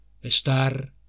Estar